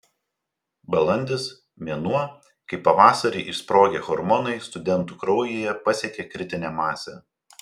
balandis mėnuo kai pavasarį išsprogę hormonai studentų kraujyje pasiekia kritinę masę